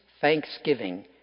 thanksgiving